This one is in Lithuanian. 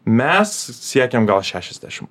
mes siekėm gal šešiasdešim